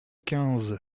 quinze